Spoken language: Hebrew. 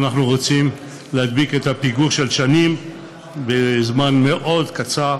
אנחנו רוצים להדביק את הפיגור של שנים בזמן מאוד קצר,